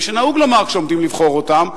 כפי שנהוג לומר כשעומדים לבחור אותם,